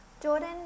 Jordan